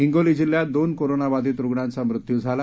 हिंगोली जिल्ह्यात दोन कोरोनाबाधीत रुग्णांचा मृत्यू झाला